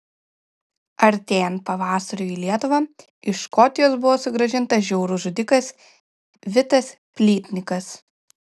artėjant pavasariui į lietuvą iš škotijos buvo sugrąžintas žiaurus žudikas vitas plytnikas